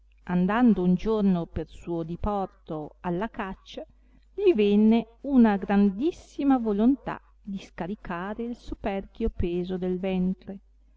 andando un giorno per suo diporto alla caccia gli venne una grandissima volontà di scaricare il soperchio peso del ventre